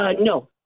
no